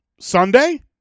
Sunday